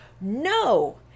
No